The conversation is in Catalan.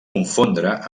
confondre